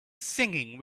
singing